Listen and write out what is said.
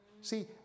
See